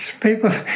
people